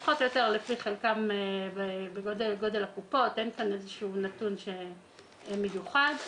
אין כאן איזשהו נתון מיוחד.